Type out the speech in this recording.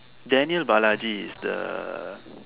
Daniel-Balaji is the